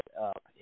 up